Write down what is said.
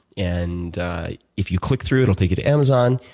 and if you click through it will take you to amazon,